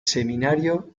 seminario